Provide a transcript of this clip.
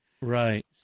Right